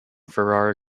ferrari